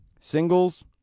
Singles